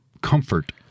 comfort